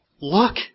Look